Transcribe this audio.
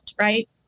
Right